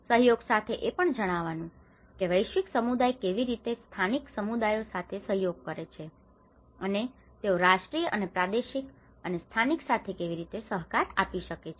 સહયોગ સાથે એ પણ જોવાનું છે કે વૈશ્વિક સમુદાય કેવી રીતે સ્થાનિક સમુદાયો સાથે સહયોગ કરી શકે છે અને તેઓ રાષ્ટ્રીય અને પ્રાદેશિક અને સ્થાનિક સાથે કેવી રીતે સહકાર આપી શકે છે